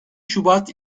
şubat